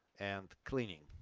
and cleaning,